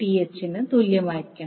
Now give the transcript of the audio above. RL Rth ന് തുല്യമായിരിക്കണം